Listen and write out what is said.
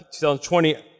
2020